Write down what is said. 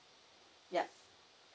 yup